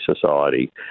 society